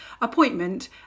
appointment